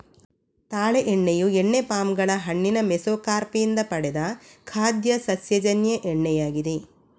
ತಾಳೆ ಎಣ್ಣೆಯು ಎಣ್ಣೆ ಪಾಮ್ ಗಳ ಹಣ್ಣಿನ ಮೆಸೊಕಾರ್ಪ್ ಇಂದ ಪಡೆದ ಖಾದ್ಯ ಸಸ್ಯಜನ್ಯ ಎಣ್ಣೆಯಾಗಿದೆ